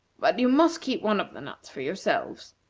but you must keep one of the nuts for yourselves.